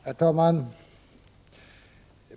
Herr talman!